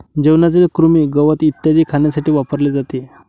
जेवणातील कृमी, गवत इत्यादी खाण्यासाठी वापरले जाते